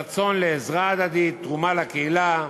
רצון לעזרה הדדית, תרומה לקהילה,